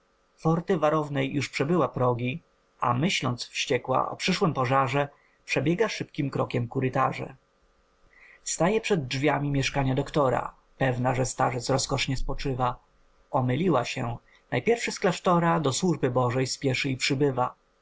forty warownej już przebyła progi a myśląc wściekła o przyszłym pożarze przebiega szybkim krokiem kurytarze staje przed drzwiami mieszkania doktora pewna że starzec rozkosznie spoczywa omyliła się najpierwszy z klasztora do służby bożej śpieszy i przybywa